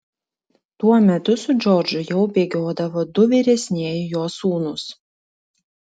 tuo metu su džordžu jau bėgiodavo du vyresnieji jo sūnūs